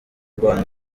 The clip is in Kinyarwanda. rwanda